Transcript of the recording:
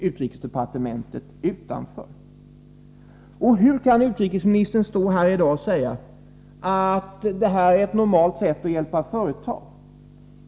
Utrikesdepartementet hålls utanför detta. Och hur kan utrikesministern stå här i dag och säga att det här är ett normalt sätt att hjälpa företag?